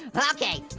but okay,